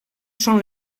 són